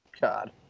God